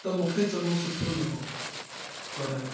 त मूंखे चङो सुठो लॻो पर